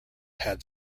had